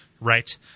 right